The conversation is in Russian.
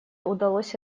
удалось